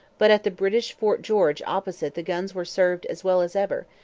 but at the british fort george opposite the guns were served as well as ever,